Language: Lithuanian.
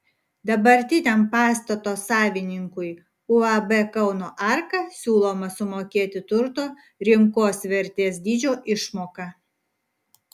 dabartiniam pastato savininkui uab kauno arka siūloma sumokėti turto rinkos vertės dydžio išmoką